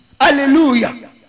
Hallelujah